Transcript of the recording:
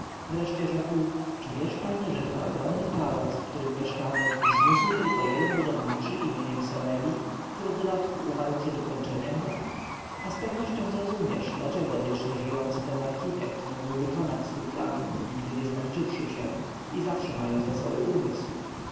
wreszcie rzekł czy wiesz panie że ten ogromny pałac w którym mieszkamy wzniósł tylko jeden budowniczy imieniem senebi który w dodatku umarł przed ukończeniem go a z pewnością zrozumiesz dlaczego wiecznie żyjący ten architekt mógł wykonać swój plan nigdy nie zmęczywszy się i zawsze mając wesoły umysł